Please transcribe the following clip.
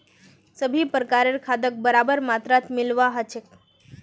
सभी प्रकारेर खादक बराबर मात्रात मिलव्वा ह छेक